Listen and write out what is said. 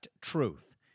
Truth